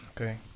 Okay